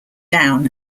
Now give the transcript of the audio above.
down